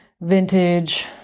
vintage